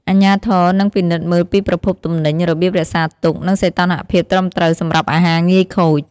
អាជ្ញាធរ នឹងពិនិត្យមើលពីប្រភពទំនិញ របៀបរក្សាទុក និងសីតុណ្ហភាពត្រឹមត្រូវសម្រាប់អាហារងាយខូច។